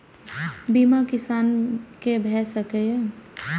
बीमा किसान कै भ सके ये?